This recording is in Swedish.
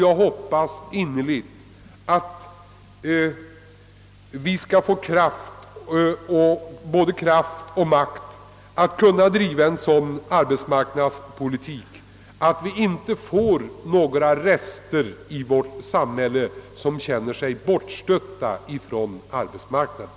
Jag hoppas innerligt att vi skall ha kraft och makt att driva en sådan arbetsmarknadspolitik att vi inte i vårt samhälle får några rester som känner sig bortstötta från arbetsmarknaden.